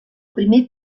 primer